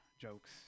jokes